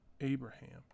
Abraham